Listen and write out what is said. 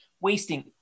wasting